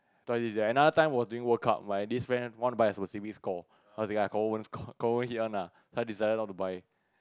twice this year another time was doing workout my this friend want to buy a specific score confirm won't hit one ah then I decided not to buy